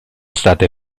state